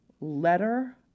letter